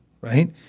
right